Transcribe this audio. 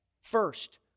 First